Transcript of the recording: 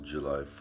July